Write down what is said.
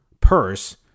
purse